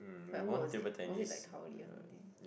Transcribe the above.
like who was it was it like Tao-Li or something